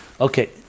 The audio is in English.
Okay